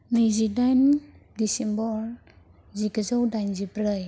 नैजिदाइन डिसेम्बर जिगुजौ दाइनजिब्रै